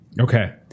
okay